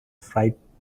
frighteningly